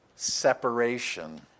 separation